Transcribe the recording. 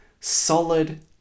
solid